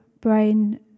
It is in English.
brain